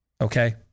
Okay